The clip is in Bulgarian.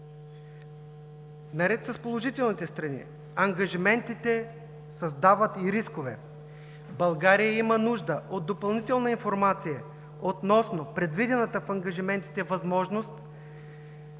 Наред с положителните страни, ангажиментите създават и рискове. България има нужда от допълнителна информация относно предвидената в ангажиментите възможност